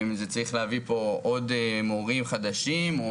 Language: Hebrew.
צריך לבוא לפה עוד מורים חדשים,